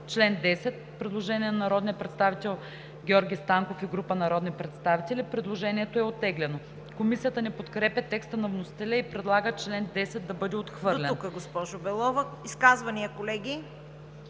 чл. 10 има предложение на народния представител Георги Станков и група народни представители. Предложението е оттеглено. Комисията не подкрепя текста на вносителя и предлага чл. 10 да бъде отхвърлен. ПРЕДСЕДАТЕЛ ЦВЕТА КАРАЯНЧЕВА: Изказвания, колеги?